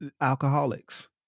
Alcoholics